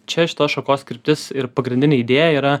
čia šitos šakos kryptis ir pagrindinė idėja yra